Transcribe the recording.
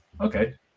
Okay